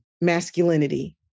masculinity